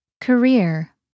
Career